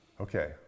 Okay